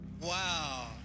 wow